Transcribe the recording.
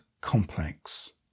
complex